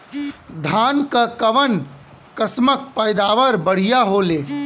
धान क कऊन कसमक पैदावार बढ़िया होले?